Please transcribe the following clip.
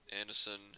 Anderson